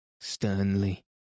sternly